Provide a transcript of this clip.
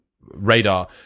radar